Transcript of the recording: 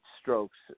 strokes